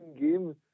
game